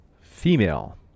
female